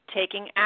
taking